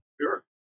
Sure